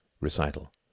recital